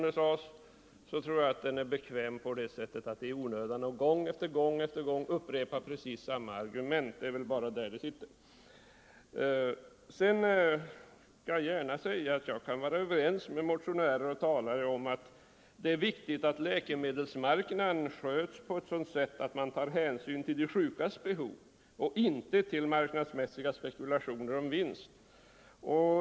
Ja, jag tror att den är bekväm på det sättet att det är onödigt att gång efter gång upprepa precis samma argument. Det är det som det handlar om. Jag skall gärna säga att jag är ense med motionärerna och talaren om att det är viktigt att läkemedelsmarknaden sköts på ett sådant sätt 25 att man tar hänsyn till de sjukas behov och inte till marknadsmässiga spekulationer om vinst.